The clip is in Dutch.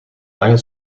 lange